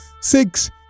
Six